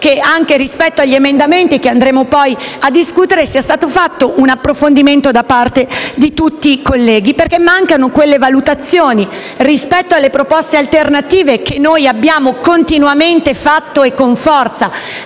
che, anche rispetto agli emendamenti che andremo poi a discutere, sia stato fatto un approfondimento da parte di tutti i colleghi perché mancano quelle valutazioni rispetto alle proposte alternative che noi abbiamo continuamente fatto e con forza,